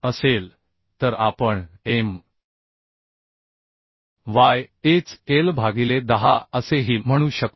असेल तर आपण M yHL भागिले 10 असेही म्हणू शकतो